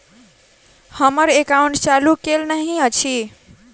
हम्मर एकाउंट चालू केल नहि अछि?